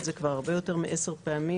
הוא עשה את זה כבר הרבה יותר מ-10 פעמים,